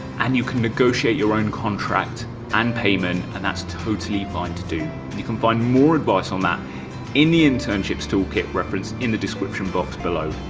and you can negotiate your own contract and payment, and that's totally fine to do you can find more advice on that in the internships toolkit referenced in the description box below.